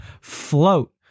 float